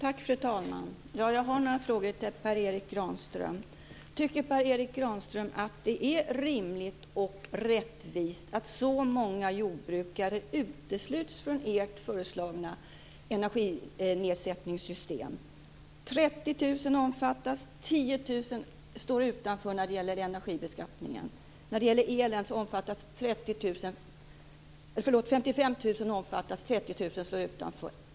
Fru talman! Jag har några frågor till Per Erik Granström. Tycker Per Erik Granström att det är rimligt och rättvist att så många jordbrukare utesluts från ert föreslagna skattenedsättningssystem när det gäller energin? 3 000 omfattas och 10 000 står utanför när det gäller bränslebeskattningen. När det gäller elen omfattas 55 000 och 30 000 står utanför.